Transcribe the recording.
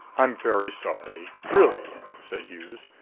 i'm very sorry really, said hughes.